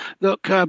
look –